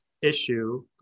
issue